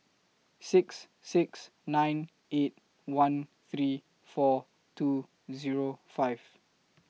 six six nine eight one three four two Zero five